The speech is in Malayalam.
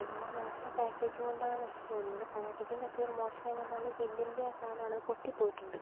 നിങ്ങളുടെ മോശം പാക്കേജ് കൊണ്ടാണ് നശിച്ച് പോയത് നിങ്ങളുടെ പാക്കേജിംഗ് മോശം ആയതു കൊണ്ടാണ് ജെല്ലിൻ്റെ സാധനം ആണ് അത് പൊട്ടി പോയിട്ടുണ്ട്